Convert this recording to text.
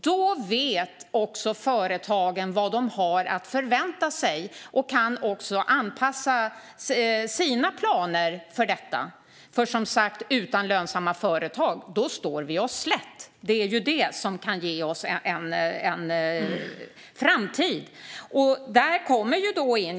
Då vet företagen vad de har att förvänta sig och kan anpassa sina planer efter detta. Utan lönsamma företag står vi oss nämligen slätt, som sagt. Det är ju företagen som kan ge oss en framtid.